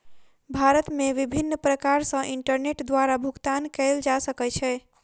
भारत मे विभिन्न प्रकार सॅ इंटरनेट द्वारा भुगतान कयल जा सकै छै